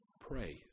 pray